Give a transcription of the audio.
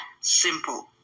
simple